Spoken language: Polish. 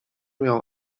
miał